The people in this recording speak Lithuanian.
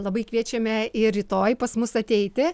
labai kviečiame ir rytoj pas mus ateiti